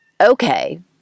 okay